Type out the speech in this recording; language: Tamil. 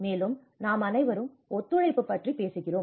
மேலும் நாம் அனைவரும் ஒத்துழைப்பு பற்றி பேசுகிறோம்